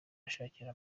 ashakira